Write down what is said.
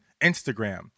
Instagram